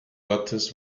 ortes